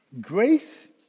Grace